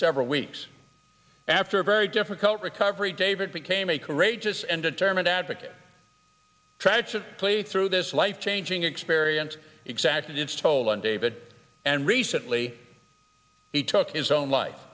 several weeks after a very difficult recovery david became a career this and determined advocate tried to play through this life changing experience exacted its toll on david and recently he took his own life